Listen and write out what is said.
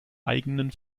eigenen